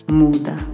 muda